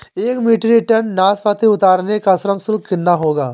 एक metric ton नाशपाती उतारने का श्रम शुल्क कितना होगा?